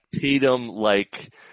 Tatum-like